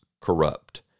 corrupt